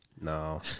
No